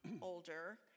older